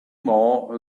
more